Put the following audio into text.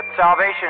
salvation